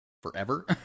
forever